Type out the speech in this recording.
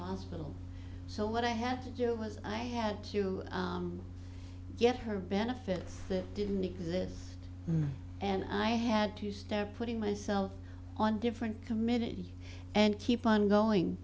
hospital so what i had to do was i had to get her benefits that didn't exist and i had to start putting myself on different committees and keep on going